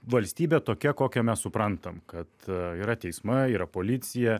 valstybė tokia kokią mes suprantam kad yra teismai yra policija